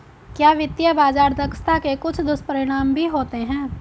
क्या वित्तीय बाजार दक्षता के कुछ दुष्परिणाम भी होते हैं?